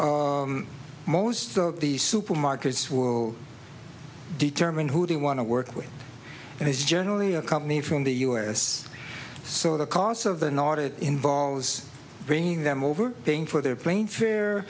currently most of the supermarkets will determine who they want to work with and it's generally a company from the u s so the cost of the not it involves bringing them over paying for their plane fare